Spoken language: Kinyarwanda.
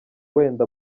wenda